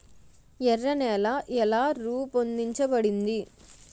ఎర్ర నేల ఎలా రూపొందించబడింది?